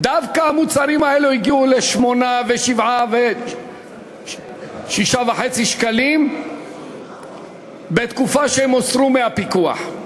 המוצרים האלו הגיעו ל-8 ו-7 ו-6.5 שקלים דווקא בתקופה שהוסר הפיקוח.